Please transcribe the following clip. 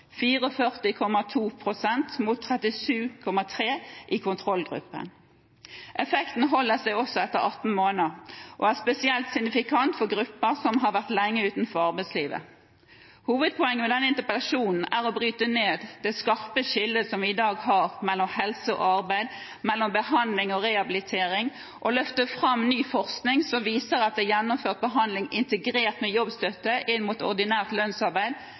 mot 37,3 pst. i kontrollgruppen. Effekten holder seg også etter 18 måneder og er spesielt signifikant for gruppen som har vært lenge utenfor arbeidslivet. Hovedpoenget med denne interpellasjonen er å bryte ned det skarpe skillet som vi i dag har mellom helse og arbeid, mellom behandling og rehabilitering, og løfte fram ny forskning som viser at det å gjennomføre behandling integrert med jobbstøtte inn mot ordinært lønnsarbeid